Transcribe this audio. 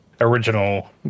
original